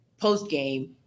post-game